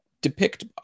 depict